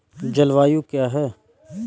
जलवायु क्या है?